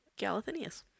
Galathinius